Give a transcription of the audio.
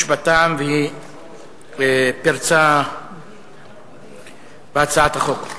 יש בה טעם, וזו פרצה בהצעת החוק.